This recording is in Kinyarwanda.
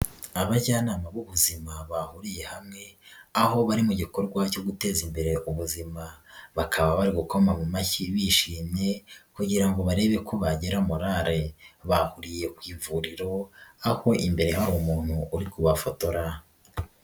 Abajyanama b'ubuzima bahuriye hamwe aho bari mu gikorwa cyo guteza imbere ubuzima, bakaba bari gukoma mu mashyi bishimye, kugira ngo barebe ko bagira morale, bahuriye ku ivuriro aho imbere hari umuntu uri kubafotora.